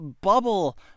bubble